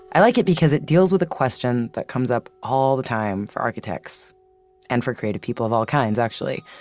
i like it because it deals with a question that comes up all the time for architects and for creative people of all kinds actually.